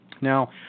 Now